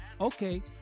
Okay